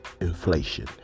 inflation